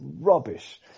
rubbish